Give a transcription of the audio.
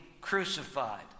crucified